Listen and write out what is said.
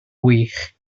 wych